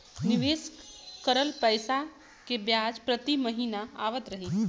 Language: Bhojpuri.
निवेश करल पैसा के ब्याज प्रति महीना आवत रही?